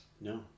No